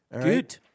Good